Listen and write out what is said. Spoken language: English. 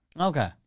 Okay